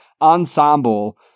ensemble